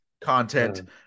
content